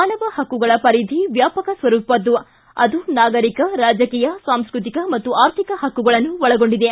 ಮಾನವ ಹಕ್ಕುಗಳ ಪರಿಧಿ ವ್ಯಾಪಕ ಸ್ವರೂಪದ್ದು ಅದು ನಾಗರಿಕ ರಾಜಕೀಯ ಸಾಂಸ್ಟತಿಕ ಮತ್ತು ಆರ್ಥಿಕ ಹಕ್ಕುಗಳನ್ನು ಒಳಗೊಂಡಿದೆ